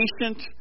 patient